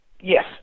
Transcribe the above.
Yes